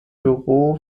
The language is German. büro